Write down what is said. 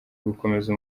gukomeza